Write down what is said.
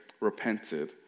repented